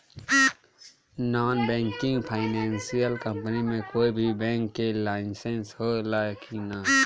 Non banking financial company मे कोई भी बैंक के लाइसेन्स हो ला कि ना?